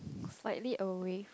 slightly away from